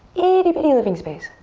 itty bitty living space.